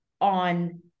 on